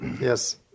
yes